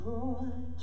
Lord